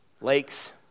lakes